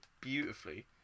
beautifully